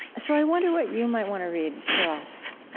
so i wonder what you might want to read for us